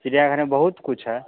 चिड़ियाघर में बहुत कुछ है